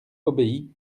obéis